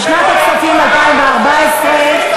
לשנת 2014,